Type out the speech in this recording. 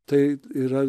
tai yra